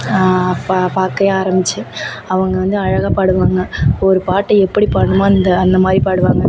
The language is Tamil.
பா பார்க்கவே ஆரம்பிச்சேன் அவங்க வந்து அழகாக பாடுவாங்க இப்போ ஒரு பாட்டை எப்படி பாடணுமோ அந்த அந்தமாதிரி பாடுவாங்க